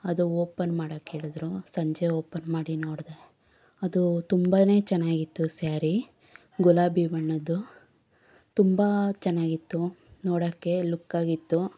ಅದು ಓಪನ್ ಮಾಡೋಕೆ ಹೇಳಿದರು ಸಂಜೆ ಓಪನ್ ಮಾಡಿ ನೋಡಿದೆ ಅದು ತುಂಬಾನೇ ಚೆನ್ನಾಗಿತ್ತು ಸ್ಯಾರಿ ಗುಲಾಬಿ ಬಣ್ಣದ್ದು ತುಂಬ ಚೆನ್ನಾಗಿತ್ತು ನೋಡೋಕ್ಕೆ ಲುಕ್ ಆಗಿತ್ತು